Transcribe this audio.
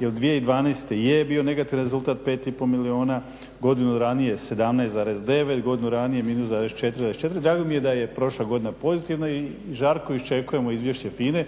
jer 2012. je bio negativni rezultat 5,5 milijuna, godinu ranije 17,9, godinu ranije -4,4, drago mi je da je prošla godina pozitivna i žarko iščekujemo izvješće